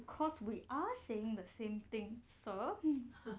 because we are saying the same thing sir